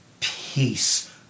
peace